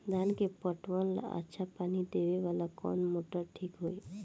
धान के पटवन ला अच्छा पानी देवे वाला कवन मोटर ठीक होई?